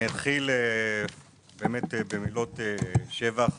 אני אתחיל במילות שבח